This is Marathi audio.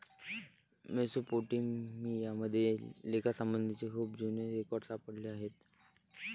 मेसोपोटेमिया मध्ये लेखासंबंधीचे खूप जुने रेकॉर्ड सापडले आहेत